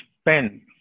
spend